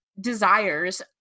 desires